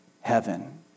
heaven